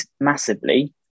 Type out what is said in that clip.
massively